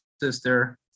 sister